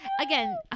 again